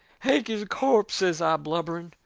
hank is a corpse, says i, blubbering.